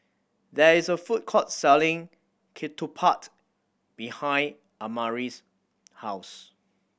there is a food court selling ketupat behind Amare's house